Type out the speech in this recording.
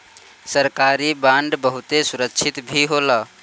सरकारी बांड बहुते सुरक्षित भी होला